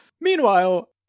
Meanwhile